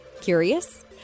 Curious